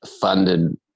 funded